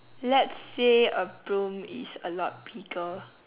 let's say a broom is a lot bigger